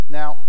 now